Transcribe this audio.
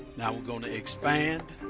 now we're gonna expand.